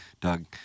Doug